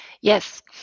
yes